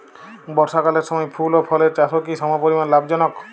বর্ষাকালের সময় ফুল ও ফলের চাষও কি সমপরিমাণ লাভজনক?